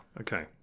okay